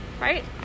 Right